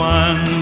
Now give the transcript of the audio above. one